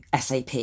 SAP